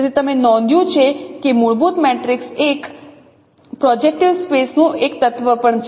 તેથી તમે નોંધ્યું છે કે મૂળભૂત મેટ્રિક્સ એ એક પ્રોજેક્ટીવ સ્પેસ નું એક તત્વ પણ છે